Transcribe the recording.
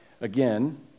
Again